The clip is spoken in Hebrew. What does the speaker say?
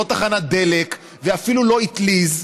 לא תחנת דלק ואפילו לא אטליז,